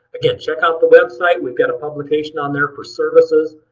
again, check out the website. we've got a publication on there for services.